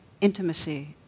intimacy